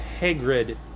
Hagrid